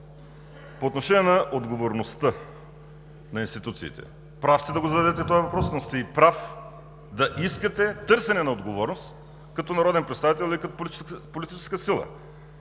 По отношение на отговорността на институциите. Прав сте да зададете този въпрос, но сте прав и да искате търсене на отговорност като народен представител или като политическа сила.